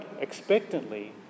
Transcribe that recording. expectantly